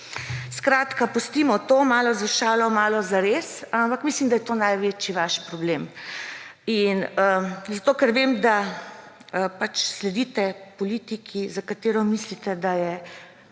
Skratka pustimo to, malo za šalo malo za res, ampak mislim, da je to vaš največji problem. Zato ker vem, da sledite politiki, za katero mislite, da je